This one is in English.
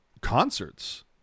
concerts